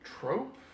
trope